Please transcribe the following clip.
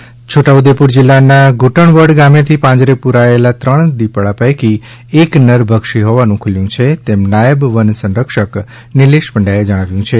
માનવભક્ષી દીપડો છોટા ઉદેપુર જિલ્લાના ધ્રંટણવડ ગામેથી પાંજરે પુરાયેલા ત્રણ દીપડા પૈકી એક નરભક્ષી હોવાનું ખૂલ્યું છે તેમ નાયબ વન સંરક્ષક નિલેષ પંડ્યાએ જણાવ્યુ છે